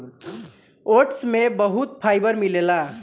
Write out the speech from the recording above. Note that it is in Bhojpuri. ओट्स में बहुत फाइबर मिलेला